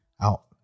out